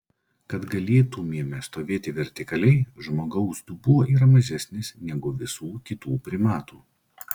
kad galėtumėme stovėti vertikaliai žmogaus dubuo yra mažesnis negu visų kitų primatų